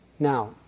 Now